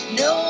no